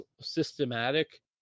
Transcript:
systematic